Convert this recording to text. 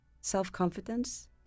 self-confidence